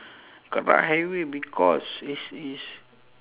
karak highway because it's it's